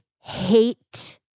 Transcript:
hate